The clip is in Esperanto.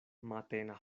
matena